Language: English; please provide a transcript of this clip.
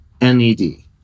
N-E-D